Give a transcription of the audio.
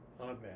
Amen